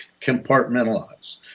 compartmentalize